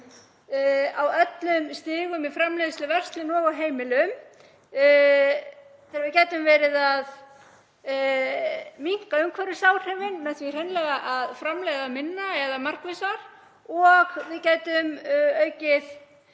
á öllum stigum, í framleiðslu, verslun og á heimilum, þegar við gætum verið að minnka umhverfisáhrifin með því hreinlega að framleiða minna eða markvissar og við gætum bætt